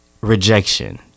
rejection